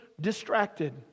distracted